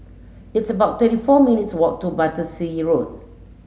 it's about thirty four minutes' walk to Battersea Road